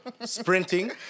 sprinting